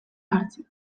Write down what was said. hartzen